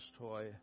toy